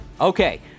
Okay